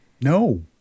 No